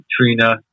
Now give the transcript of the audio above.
Katrina